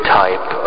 type